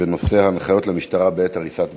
בנושא: ההנחיות למשטרה בעת הריסת בתים.